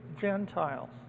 Gentiles